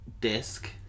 disc